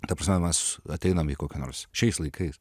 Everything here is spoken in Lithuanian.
ta prasme mes ateinam į kokio nors šiais laikais